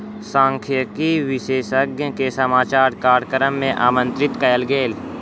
सांख्यिकी विशेषज्ञ के समाचार कार्यक्रम मे आमंत्रित कयल गेल